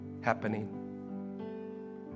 happening